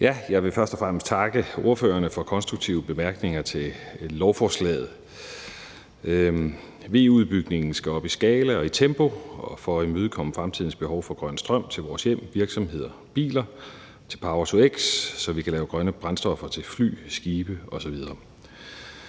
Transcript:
Jeg vil først og fremmest takke ordførerne for konstruktive bemærkninger til lovforslaget. VE-udbygningen skal op i skala og i tempo for at imødekomme fremtidens behov for grøn strøm til vores hjem, virksomheder og biler, til power-to-x, så vi kan lave grønne brændstoffer til fly, skibe osv.